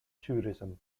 tourism